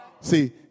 See